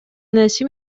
энеси